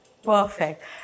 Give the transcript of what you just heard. Perfect